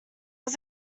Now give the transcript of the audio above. was